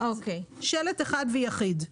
שלט אחד ויחיד.